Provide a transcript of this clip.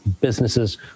businesses